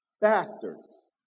bastards